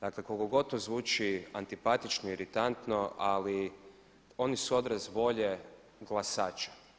Dakle, koliko god to zvuči antipatično, iritantno ali oni su odraz volje glasača.